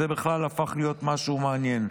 זה בכלל הפך להיות משהו מעניין.